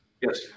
Yes